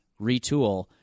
retool